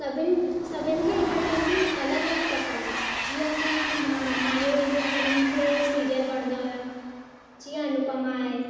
सभिनि सभिनि खे एंटरटेनमेंट अलॻि अलॻि पसंदि आहे जीअं कीअं मायूं आहिनि उन्हनि खे सीरियल वणंदो आहे जीअं अनुपमा आहे